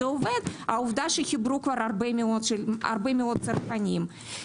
העובדה שחיברו הרבה מאוד צרכנים.